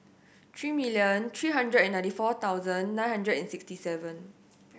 three million three hundred and ninety four thousand nine hundred and sixty seven